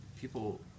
people